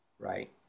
right